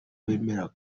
bemera